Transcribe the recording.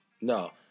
No